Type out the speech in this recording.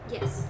Yes